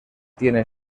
tiene